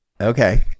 okay